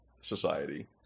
society